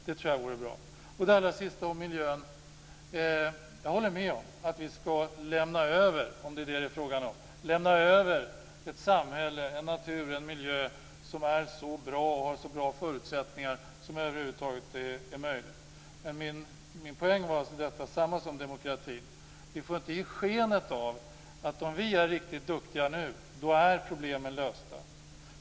Det tror jag vore bra. Det allra sista jag vill ta upp gäller miljön. Jag håller med om att vi skall lämna över - om det är det som det är fråga om - ett samhälle, en natur och en miljö som är så bra och har så bra förutsättningar som över huvud taget är möjligt. Men min poäng var alltså detta, och det är samma sak som gällde demokratin: Vi får inte ge skenet av att om vi är riktigt duktiga nu är problemen lösta.